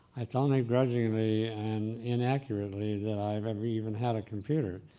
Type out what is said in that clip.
it's only grudgingly and inaccurately that i've ever even had a computer.